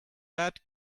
bat